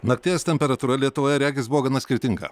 nakties temperatūra lietuvoje regis buvo gana skirtinga